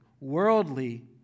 Worldly